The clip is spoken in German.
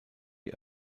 die